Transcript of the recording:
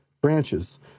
branches